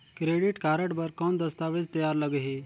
Credit card बर कौन दस्तावेज तैयार लगही?